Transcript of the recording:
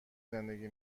زندگی